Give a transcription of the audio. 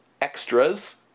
extras